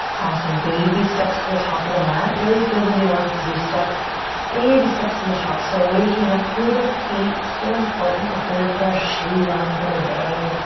awesome. baby steps to the top of the mat. really feel the nuance as you step baby steps to the top. so waking up through the feet is so important before we put our shoes on for the day.